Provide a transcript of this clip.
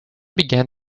began